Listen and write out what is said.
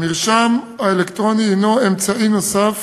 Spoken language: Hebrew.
המרשם האלקטרוני הוא אמצעי נוסף